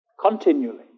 continually